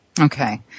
Okay